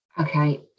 okay